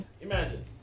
Imagine